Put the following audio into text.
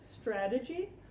strategy